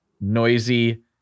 noisy